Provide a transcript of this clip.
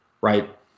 right